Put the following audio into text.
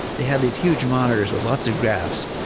they had these huge monitors with lots of graphs.